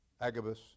Agabus